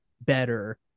better